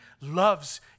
loves